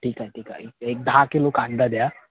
ठीक आहे ठीक आहे एक एक दहा किलो कांदा द्या